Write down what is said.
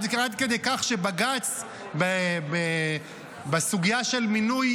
עד כדי כך שבג"ץ, בסוגיה של מינוי